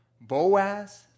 Boaz